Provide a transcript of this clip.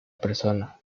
persona